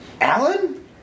Alan